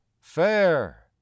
fair